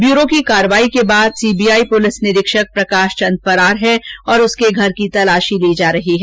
bureau की कार्यवाही के बाद सीबीआई पुलिस निरीक्षक प्रकाष चंद फरार है और उसके घर तलाषी की जा रही है